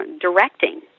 directing